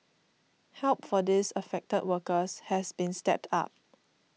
help for these affected workers has been stepped up